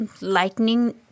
lightning